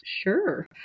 Sure